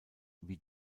wie